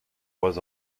was